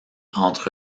entre